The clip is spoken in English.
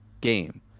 game